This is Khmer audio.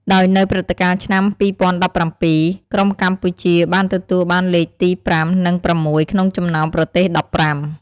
ដោយនៅព្រឹត្តិការណ៍ឆ្នាំ ២០១៧ ក្រុមកម្ពុជាបានទទួលបានលេខទី ៥ និង ៦ ក្នុងចំណោមប្រទេស ១៥។